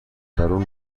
درون